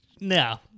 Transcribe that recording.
No